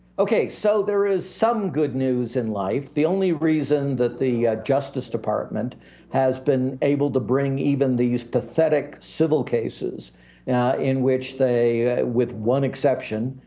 okay. so there is some good news in life. the only reason that the justice department has been able to bring even these pathetic civil cases in which they, with one exception,